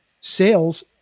sales